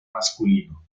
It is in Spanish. masculino